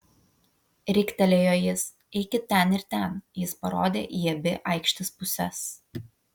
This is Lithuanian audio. riktelėjo jis eikit ten ir ten jis parodė į abi aikštės puses